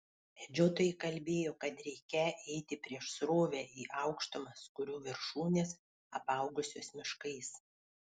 medžiotojai kalbėjo kad reikią eiti prieš srovę į aukštumas kurių viršūnės apaugusios miškais